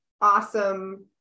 awesome